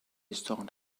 start